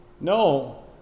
No